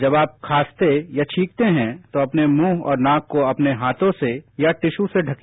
जब आप खांसते या छींकते है तो अपने मुंह और नाक को अपने हाथों से या टिश्यू से ढके